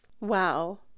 Wow